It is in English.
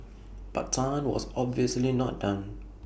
but Tan was obviously not done